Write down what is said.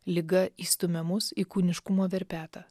liga įstumia mus į kūniškumo verpetą